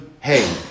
Hey